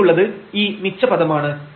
പിന്നെയുള്ളത് ഈ മിച്ച പദമാണ്